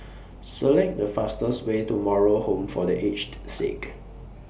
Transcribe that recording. Select The fastest Way to Moral Home For The Aged Sick